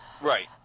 Right